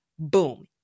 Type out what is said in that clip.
Boom